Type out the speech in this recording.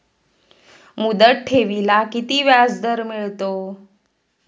मुदत ठेवीला किती व्याजदर मिळतो?